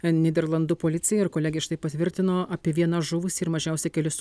nyderlandų policija ir kolegė štai patvirtino apie vieną žuvusį ir mažiausiai kelis